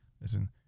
Listen